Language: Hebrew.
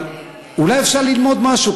אבל אולי אפשר ללמוד משהו,